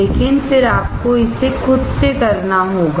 लेकिन फिर आपको इसे खुद से करना होगा